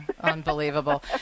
Unbelievable